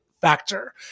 factor